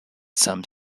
some